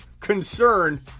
concern